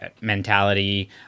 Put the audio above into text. mentality